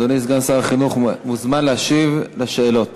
אדוני סגן שר החינוך מוזמן להשיב על השאלות.